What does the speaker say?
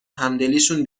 همدلیشون